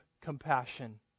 compassion